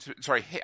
sorry